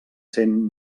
sent